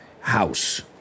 House